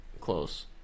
close